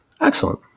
Excellent